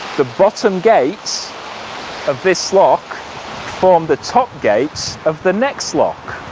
the bottom gates of this lock form the top gates of the next lock,